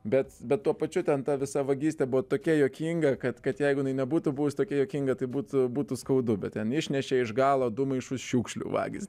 bet bet tuo pačiu ten ta visa vagystė buvo tokia juokinga kad kad jeigu nebūtų buvus tokia juokinga tai būti būtų skaudu bet ten išnešė iš galo du maišus šiukšlių vagys